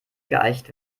geeicht